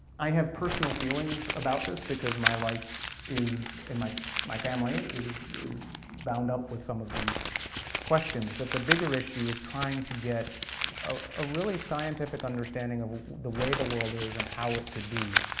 have personal feelings about this, because my life is, and my my family, is is bound up with some of these questions, but the bigger issue is trying to get a really scientific understanding of the way the world is, and how it could be,